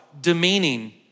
demeaning